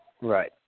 right